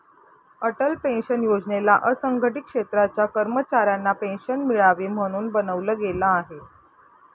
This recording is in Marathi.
अटल पेन्शन योजनेला असंघटित क्षेत्राच्या कर्मचाऱ्यांना पेन्शन मिळावी, म्हणून बनवलं गेलं आहे